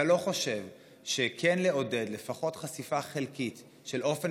אתה לא חושב שכן עידוד של לפחות חשיפה חלקית של אופן